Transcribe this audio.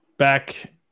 Back